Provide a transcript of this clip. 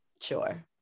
sure